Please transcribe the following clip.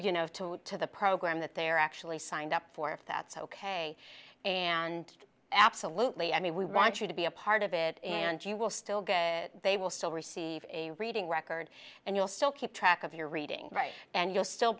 of two to the program that they're actually signed up for if that's ok and absolutely i mean we want you to be a part of it and you will still get they will still receive a reading record and you'll still keep track of your reading right and you'll still